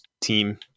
team